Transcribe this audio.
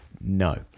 No